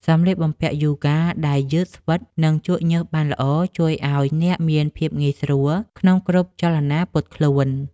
សម្លៀកបំពាក់យូហ្គាដែលយឺតស្វិត និងជក់ញើសបានល្អ ជួយឱ្យអ្នកមានភាពងាយស្រួលក្នុងគ្រប់ចលនាពត់ខ្លួន។